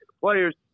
players